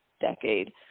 decade